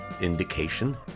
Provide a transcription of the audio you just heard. indication